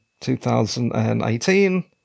2018